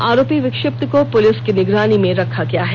आरोपी विक्षिप्त को पुलिस की निगरानी में रखा गया है